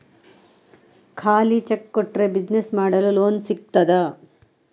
ಖಾಲಿ ಚೆಕ್ ಕೊಟ್ರೆ ಬಿಸಿನೆಸ್ ಮಾಡಲು ಲೋನ್ ಸಿಗ್ತದಾ?